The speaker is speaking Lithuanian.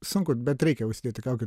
sunku bet reikia užsidėti kaukę